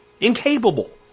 incapable